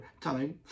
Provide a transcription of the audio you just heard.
time